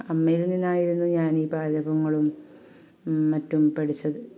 അമ്മയിൽ നിന്നായിരുന്നു ഞാൻ ഈ പാചകങ്ങളും മറ്റും പഠിച്ചത്